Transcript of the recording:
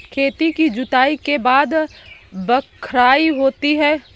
खेती की जुताई के बाद बख्राई होती हैं?